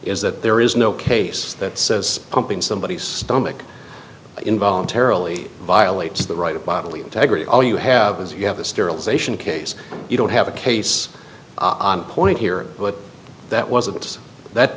is that there is no case that says pumping somebody's stomach in voluntarily violates the right to bodily integrity all you have is you have a sterilization case you don't have a case point here that wasn't that